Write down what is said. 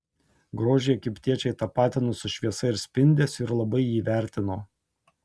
grožį egiptiečiai tapatino su šviesa ir spindesiu ir labai jį vertino